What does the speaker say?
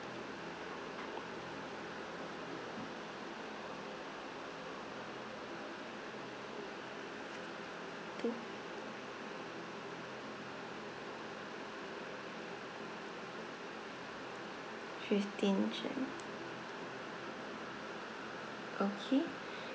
to fifteen jan okay